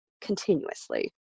continuously